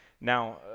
Now